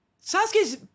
Sasuke's